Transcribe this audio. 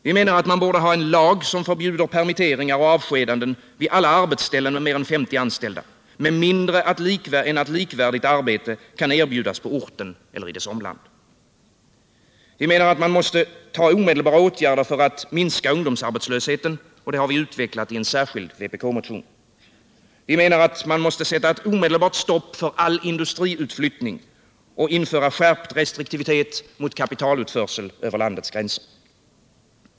Vi menar att man borde ha en lag som förbjuder permitteringar och avskedanden vid alla arbetsställen med mer än 50 anställda med mindre än att likvärdigt arbete kan erbjudas på orten eller i dess omland. Vi menar att man måste genomföra omedelbara åtgärder för att minska ungdomsarbetslösheten. Detta har vi utvecklat i en särskild vpk-motion. Vi menar att man omedelbart måste sätta stopp för all industriutflyttning och införa skärpt restriktivitet mot kapitalutförsel över landets gränser.